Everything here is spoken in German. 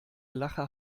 lache